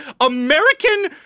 American